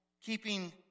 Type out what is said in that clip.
keeping